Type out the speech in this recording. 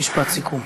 משפט סיכום.